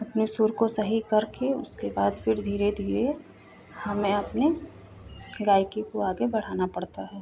अपने सुर को सही करके उसके बाद फिर धीरे धीरे हमें अपने गायकी को आगे बढ़ाना पड़ता है